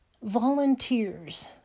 volunteers